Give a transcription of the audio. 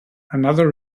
another